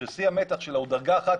ששיא המתח שלה הוא דרגה 11,